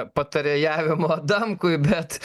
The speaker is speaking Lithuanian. patarėjavimo adamkui bet